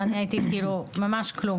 ממש כלום.